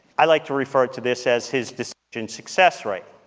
i like to refer to this as his decision success rate.